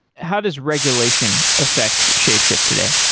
how does regulation affect shapeshift today?